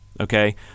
Okay